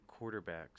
quarterbacks